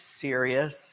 serious